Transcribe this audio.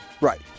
Right